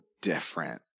different